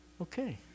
Okay